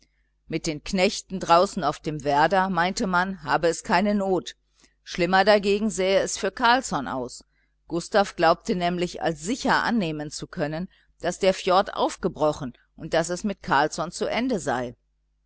mit den knechten draußen auf dem werder meinte man habe es keine not schlimmer dagegen sähe es für carlsson aus gustav glaubte nämlich als sicher annehmen zu können daß der fjord aufgebrochen und daß es mit carlsson zu ende sei